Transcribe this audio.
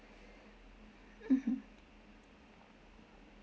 mmhmm